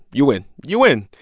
you win. you win.